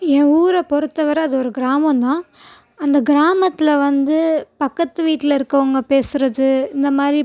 என் ஊரை பொறுத்த வரை அது ஒரு கிராமம் தான் அந்த கிராமத்தில் வந்து பக்கத்து வீட்டில் இருக்கவங்க பேசுகிறது இந்த மாதிரி